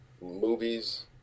movies